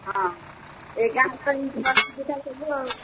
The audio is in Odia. ହଁ ଏଇ ଗାଁରେ ତ ଯେତେ ଅସୁବିଧା ସବୁ ଆଉ